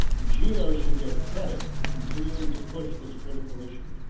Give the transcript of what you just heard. geo should get credit for continuing to push this critical issue.